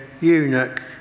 eunuch